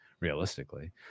Realistically